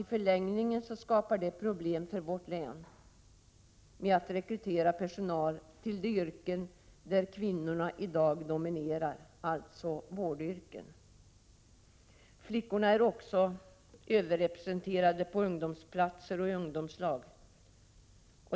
I förlängningen skapar det problem för vårt län med att rekrytera personal till de yrken där kvinnorna i dag dominerar, alltså vårdyrken. Flickorna är också överrepresenterade på ungdomsplatser och i ungdomslag.